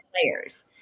players